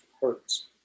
hurts